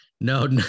No